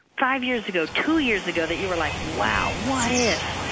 five years ago, two years ago that you were like, wow, what if?